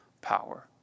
power